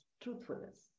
truthfulness